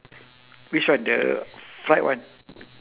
which one the fried one